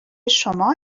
شما